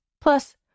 Plus